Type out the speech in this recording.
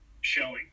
showing